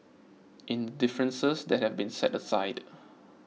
in the differences that have been set aside